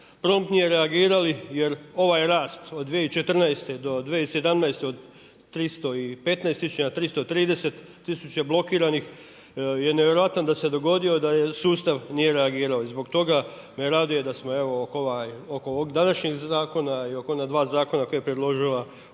promptnije reagirali jer ovaj rast od 2014. do 2017. od 315 tisuća, 330 tisuća blokiranih je nevjerojatan da se dogodio da sustav nije reagirao. I zbog toga me raduje da smo oko ovog današnjeg zakona i oko ona dva zakona koje je predložila Udruga